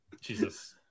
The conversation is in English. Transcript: Jesus